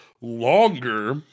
longer